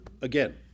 Again